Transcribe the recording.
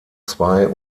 zwei